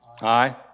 Aye